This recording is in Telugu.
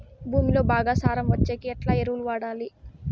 భూమిలో బాగా సారం వచ్చేకి ఎట్లా ఎరువులు వాడాలి?